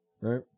right